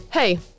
Hey